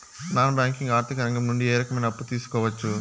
Non banking ఆర్థిక రంగం నుండి ఏ రకమైన అప్పు తీసుకోవచ్చు?